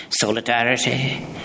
solidarity